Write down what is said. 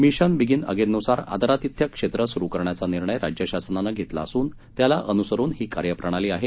mission begin अगेननुसार आदरातिथ्य क्षेत्र सुरु करण्याचा निर्णय राज्यशासनानं घेतला असून त्याला अनुसरुन ही कार्यप्रणाली आहे